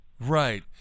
Right